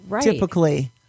typically